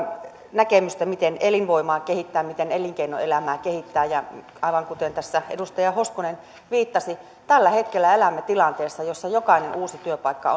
näkemystä miten elinvoimaa kehittää miten elinkeinoelämää kehittää aivan kuten tässä edustaja hoskonen viittasi tällä hetkellä elämme tilanteessa jossa jokainen uusi työpaikka